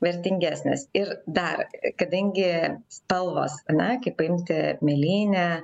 vertingesnės ir dar kadangi spalvos ar ne kai paimti mėlynę